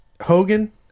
Hogan